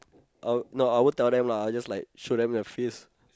uh no I won't tell them lah I'll just like show them the face